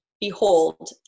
Behold